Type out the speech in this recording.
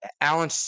Allen